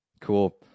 Cool